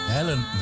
Helen